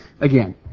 Again